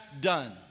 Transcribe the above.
done